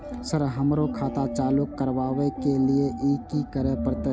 Sir हमरो खाता चालू करबाबे के ली ये की करें परते?